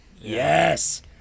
yes